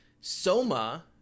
soma